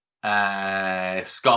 Scott